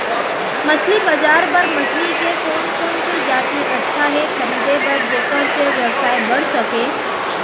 मछली बजार बर मछली के कोन कोन से जाति अच्छा हे खरीदे बर जेकर से व्यवसाय बढ़ सके?